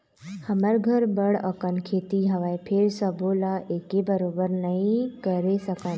हमर घर बड़ अकन खेती हवय, फेर सबो ल एके बरोबर नइ करे सकन